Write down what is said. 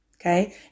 Okay